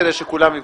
כדי שכולם יוותרו.